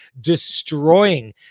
destroying